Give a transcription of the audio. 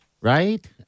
right